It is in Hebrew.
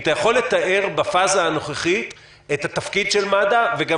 אם אתה יכול לתאר בפאזה הנוכחית את התפקיד של מד"א וגם